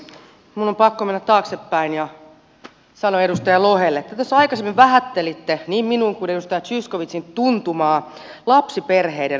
minun on pakko mennä taaksepäin ja sanoa edustaja lohelle että te tuossa aikaisemmin vähättelitte niin minun kuin edustaja zyskowiczin tuntumaa lapsiperheiden arkeen